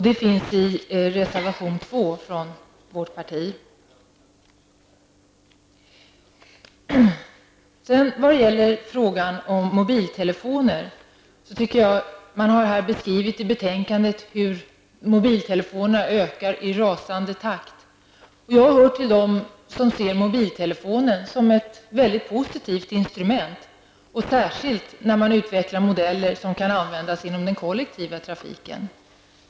Detta tas upp i reservation nr 2 från vårt parti. Man har i betänkandet beskrivit hur användningen av mobiltelefoner ökar i rasande takt. Jag hör till dem som ser mobiltelefonen som ett mycket positivt instrument, särskilt om det utvecklas modeller som kan användas inom den kollektiva trafiken.